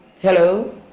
Hello